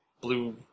blue